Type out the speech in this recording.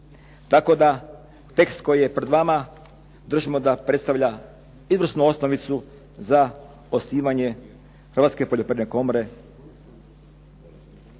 Tako da tekst koji je pred vama držimo da predstavlja izvrsnu osnovicu za osnivanje Hrvatske poljoprivredne komore.